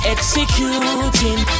Executing